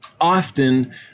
often